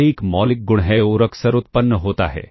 यह एक मौलिक गुण है और अक्सर उत्पन्न होता है